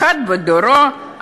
אחד בדורו.